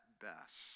best